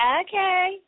Okay